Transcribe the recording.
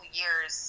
years